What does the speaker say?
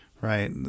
right